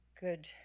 Good